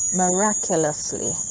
miraculously